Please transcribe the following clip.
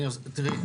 תראי,